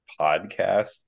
podcast